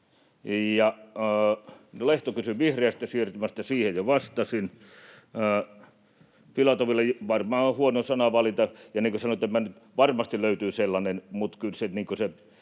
Lehto kysyi vihreästä siirtymästä, siihen jo vastasin. Filatoville: Varmaan on huono sanavalinta, ja niin kuin sanoitte, varmasti löytyy sellainen, mutta kyllä se